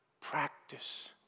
Practice